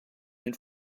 den